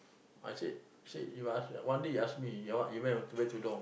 I said said If I ask one day you ask me you w~ when you wear tudung